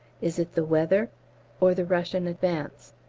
is it the weather or the russian advance?